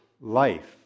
Life